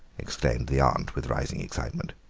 exclaimed the aunt with rising excitement.